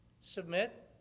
Submit